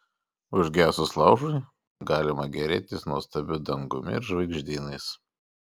užgesus laužui galima gėrėtis nuostabiu dangumi ir žvaigždynais